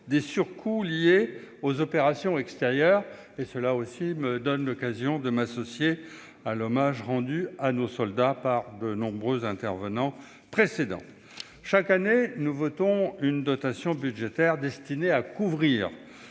des surcoûts liés aux opérations extérieures. Cela me donne l'occasion de m'associer à l'hommage rendu à nos soldats par de nombreux orateurs avant moi. Chaque année, nous votons une dotation budgétaire destinée à couvrir